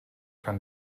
kann